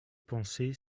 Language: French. pensé